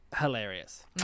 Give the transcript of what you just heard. hilarious